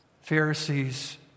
Pharisees